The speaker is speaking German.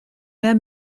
mehr